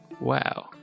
Wow